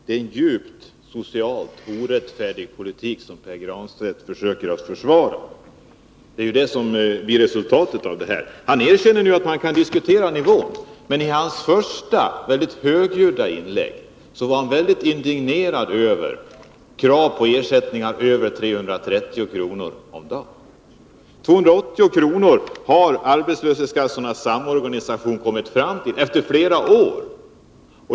Herr talman! Det är en djupt socialt orättfärdig politik som Pär Granstedt försöker att försvara. Det är detta som blir resultatet. Han erkänner nu att man kan diskutera nivån. Men i det första väldigt högljudda inlägget var han mycket indignerad över krav på ersättningar över 330 kr. om dagen. 280 kr. har Arbetslöshetskassornas samorganisation kommit fram till efter flera år.